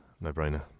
no-brainer